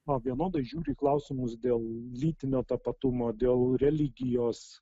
na vienodai žiūri į klausimus dėl lytinio tapatumo dėl religijos